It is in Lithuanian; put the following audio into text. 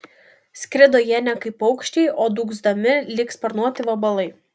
skrido jie ne kaip paukščiai o dūgzdami lyg sparnuoti vabalai